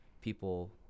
people